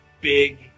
big